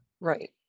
Right